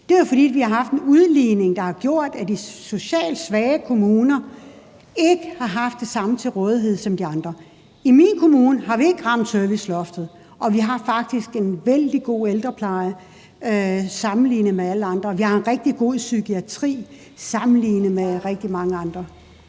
er jo, at vi har haft en udligning, der har gjort, at de socialt svage kommuner ikke har haft det samme til rådighed som de andre. I min kommune har vi ikke ramt serviceloftet, og vi har faktisk en vældig god ældrepleje sammenlignet med alle andre, og vi har en rigtig god psykiatri sammenlignet med rigtig mange andre.